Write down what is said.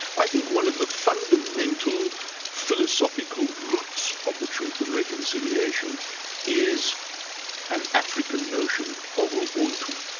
i think one of the fundamental philosophical roots of the truth and reconciliation is an african notion of ubuntu.